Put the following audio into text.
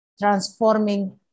transforming